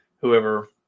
whoever